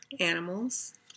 Animals